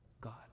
God